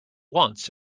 once